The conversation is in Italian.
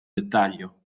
dettaglio